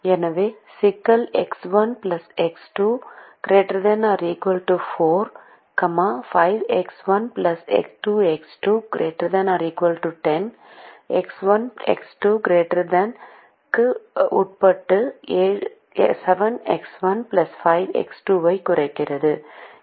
எனவே சிக்கல் X1 X2 ≥ 4 5X1 2X2 ≥ 10 X1 X2 ≥ 0 க்கு உட்பட்டு 7X1 5X2 ஐக் குறைக்கிறது